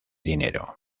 dinero